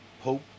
hope